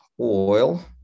oil